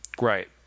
Right